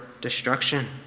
destruction